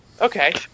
Okay